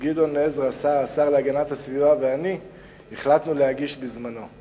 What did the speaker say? שגדעון עזרא השר להגנת הסביבה ואני החלטנו להגיש בזמנו.